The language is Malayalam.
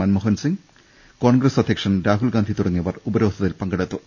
മൻമോ ഹൻസിംഗ് കോൺഗ്രസ് അധ്യക്ഷൻ രാഹുൽഗാന്ധി തുടങ്ങിയവർ ഉപ രോധത്തിൽ പങ്കെടുത്തു